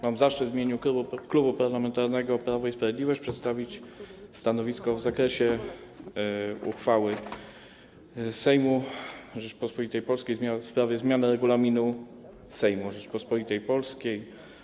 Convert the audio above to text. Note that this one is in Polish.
Mam zaszczyt w imieniu Klubu Parlamentarnego Prawo i Sprawiedliwość przedstawić stanowisko wobec uchwały Sejmu Rzeczypospolitej Polskiej w sprawie zmiany Regulaminu Sejmu Rzeczypospolitej Polskiej.